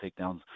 takedowns